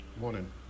morning